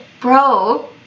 Bro